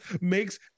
makes